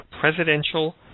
presidential